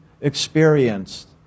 experienced